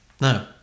No